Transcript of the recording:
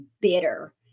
bitter